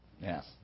Yes